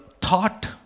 thought